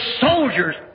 soldiers